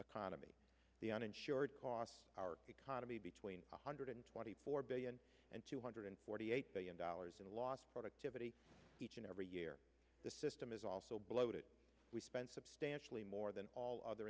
economy the uninsured cost our economy between one hundred twenty four billion and two hundred forty eight billion dollars in lost productivity each and every year the system is also bloated we spend substantially more than all other